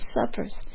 suffers